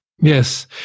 Yes